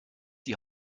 die